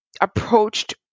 approached